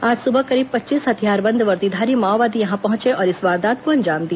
आज सुबह करीब पच्चीस हथियारबंद वर्दीधारी माओवादी यहां पहुंचे और इस वारदात को अंजाम दिया